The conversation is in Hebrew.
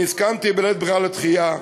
אני הסכמתי בלית ברירה לדחייה,